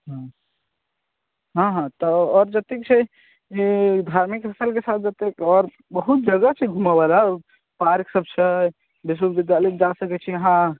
हूँ हँ हँ तऽ आओर जतेक छै जे धार्मिक स्थलके साथ जतेक आओर बहुत जगह छै घूमऽबला पार्क सब छै विश्वविद्यालय जा सकैत छी अहाँ